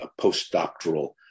postdoctoral